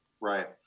Right